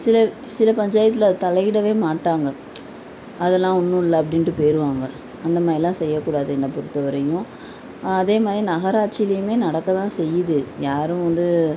சில சில பஞ்சாயத்தில் அது தலையிடவே மாட்டாங்கள் அதெலாம் ஒன்னுமில்ல அப்படின்ட்டு போயிடுவாங்க அந்தமாதிரிலாம் செய்யக்கூடாது என்ன பொறுத்தவரையும் அதேமாதிரி நகராட்சியிலேயுமே நடக்கதான் செய்யுது யாரும் வந்து